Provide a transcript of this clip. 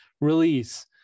release